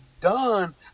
done